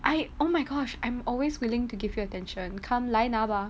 I oh my gosh I'm always willing to give your attention come 来拿吧